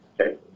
Okay